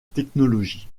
technologie